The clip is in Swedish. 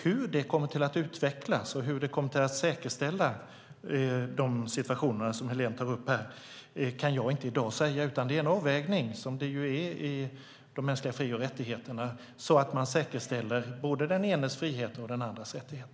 Hur det kommer att utvecklas och hur det kommer att säkerställa de situationer Helene tar upp kan jag inte i dag säga. Det är en avvägning, som det ju är när det gäller de mänskliga fri och rättigheterna, så att man säkerställer både den enes frihet och den andres rättighet.